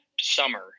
summer